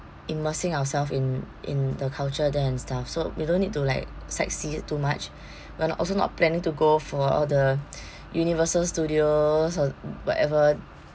immersing ourselves in in the culture there and stuff so we don't need to like sight see it too much we're not also not planning to go for all the universal studios or whatever